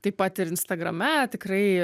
taip pat ir instagrame tikrai